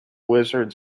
lizards